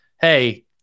Hey